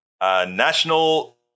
National